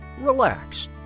relax